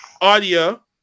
Audio